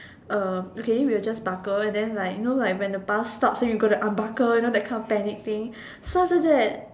okay we'll just buckle and then like you know like when the bus stop so you got to unbuckle like that kind of panic thing so after that